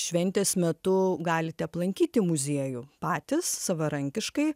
šventės metu galite aplankyti muziejų patys savarankiškai